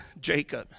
Jacob